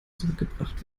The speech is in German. zurückgebracht